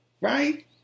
right